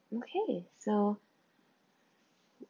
okay so